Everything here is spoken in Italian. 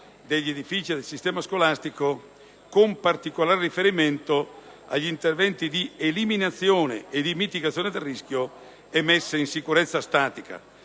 degli edifici del sistema scolastico, con particolare riferimento agli interventi di eliminazione e mitigazione del rischio e messa in sicurezza statica,